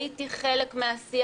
הייתי חלק מהסיעה,